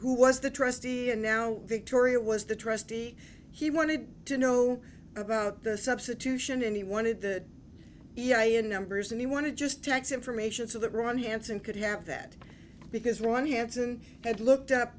who was the trustee and now victoria was the trustee he wanted to know about the substitution and he wanted the e i a in numbers and he wanted just tax information to the run hansen could have that because one hansen had looked up